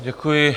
Děkuji.